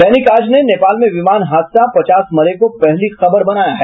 दैनिक आज ने नेपाल में विमान हादसा पचास मरे को पहली खबर बनाया है